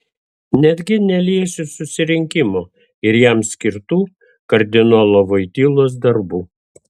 netgi neliesiu susirinkimo ir jam skirtų kardinolo voitylos darbų